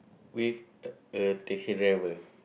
with a a taxi driver